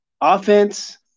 offense